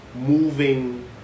moving